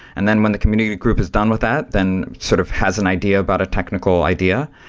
and then when the community group is done with that, then sort of has an idea about a technical idea.